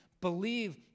believe